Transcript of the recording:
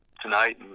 tonight